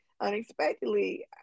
unexpectedly